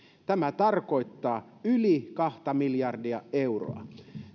tämä tarkoittaa yli kaksi miljardia euroa